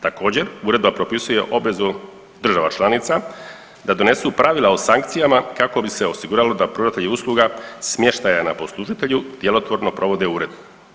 Također uredba propisuje obvezu država članica da donesu pravila o sankcijama kako bi se osigurali da pružatelji usluga smještaja na poslužitelju djelotvorno provode uredbu.